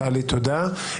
טלי, תודה.